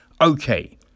okay